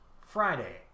Friday